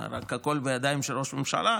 הכול בידיים של ראש הממשלה?